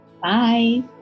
bye